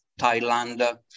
Thailand